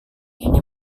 ini